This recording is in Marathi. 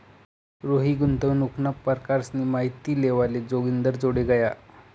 रोहित गुंतवणूकना परकारसनी माहिती लेवाले जोगिंदरजोडे गया